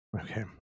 Okay